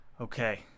Okay